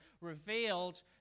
revealed